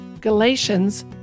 Galatians